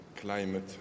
climate